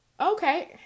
Okay